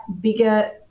bigger